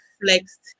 flexed